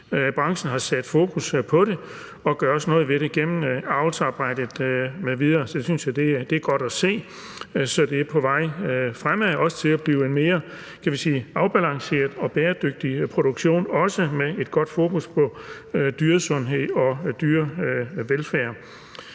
Branchen har sat fokus på det, og der gøres noget ved det gennem avlsarbejde m.v. Det synes jeg er godt at se. Så det er på vej fremad – også til at blive en mere afbalanceret og bæredygtig produktion og med et godt fokus på dyresundhed og dyrevelfærd.